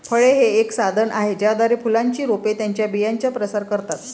फळे हे एक साधन आहे ज्याद्वारे फुलांची रोपे त्यांच्या बियांचा प्रसार करतात